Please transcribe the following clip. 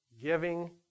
giving